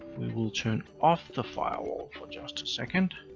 we will turn off the firewall for just a second.